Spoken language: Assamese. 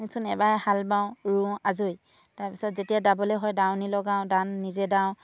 চোন এবাৰ হাল বাওঁ ৰুওঁ আজৰি তাৰ পিছত যেতিয়া দাবলৈ হয় দাৱনী লগাওঁ দান নিজে দাওঁ